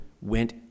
went